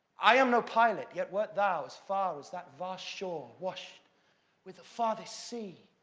i am no pilot yet, wert thou as far as that vast shore wash'd with the farthest sea,